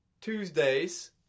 Tuesdays